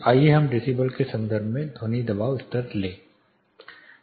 आइए हम डेसीबल के संदर्भ में ध्वनि दबाव स्तर लें